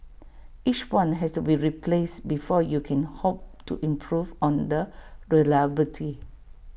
each one has to be replaced before you can hope to improve on the reliability